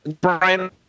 Brian